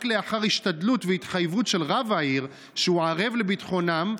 רק לאחר השתדלות והתחייבות של רב העיר שהוא ערב לביטחונם,